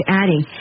adding